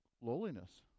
lowliness